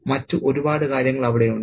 മറ്റ് ഒരുപാട് കാര്യങ്ങൾ അവിടെ ഉണ്ട്